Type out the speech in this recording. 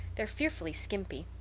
they're fearfully skimpy.